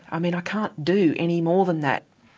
um you know i can't do any more than that.